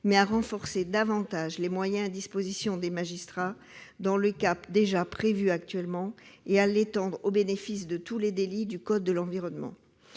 mais à renforcer davantage les moyens à disposition des magistrats dans les cas déjà prévus et à étendre le dispositif à tous les délits du code de l'environnement.